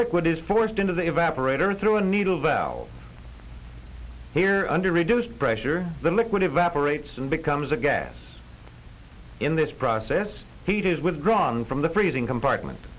liquid is forced into the evaporator through a needle valve here under reduced pressure the liquid evaporates and becomes a gas in this process heat is withdrawn from the freezing compartment